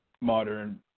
modern